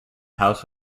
house